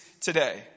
today